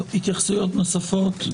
התייחסויות נוספות.